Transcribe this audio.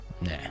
nah